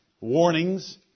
warnings